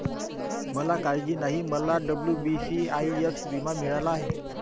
मला काळजी नाही, मला डब्ल्यू.बी.सी.आय.एस विमा मिळाला आहे